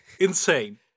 Insane